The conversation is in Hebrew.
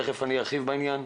תכף אני ארחיב בעניין,